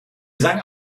sang